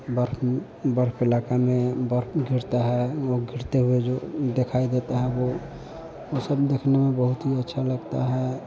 बर्फ बर्फ इलाक़ा में बर्फ गिरती है वह गिरते हुए जो देखाई देता है वह वह सब देखने में बहुत ही अच्छा लगता है